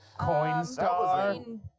Coinstar